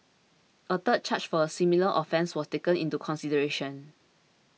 a third charge for a similar offence was taken into consideration